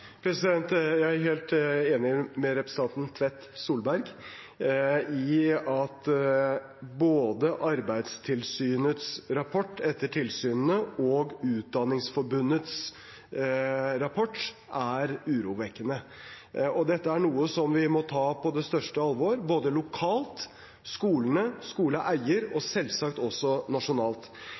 Jeg er helt enig med representanten Tvedt Solberg i at både Arbeidstilsynets rapport etter tilsynene og Utdanningsforbundets rapport er urovekkende. Dette er noe vi må ta på det største alvor, både lokalt – skolene og skoleeier – og selvsagt også nasjonalt.